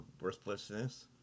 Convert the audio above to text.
worthlessness